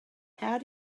how